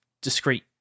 discrete